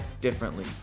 differently